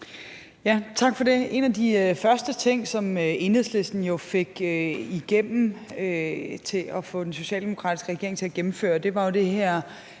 (V): Tak for det. En af de første ting, som Enhedslisten fik igennem ved at få den socialdemokratiske regering til at gennemføre det, var jo det her